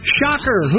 Shocker